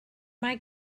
mae